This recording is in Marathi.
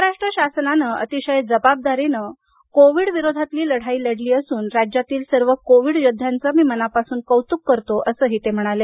महाराष्ट्र शासनानं अतिशय जबाबदारीने कोविडविरोधातील लढाई लढली असून राज्यातील सर्व कोविड योद्ध्यांचे मी मनापासून कौतुक करतो असंही ते म्हणाले